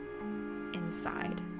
inside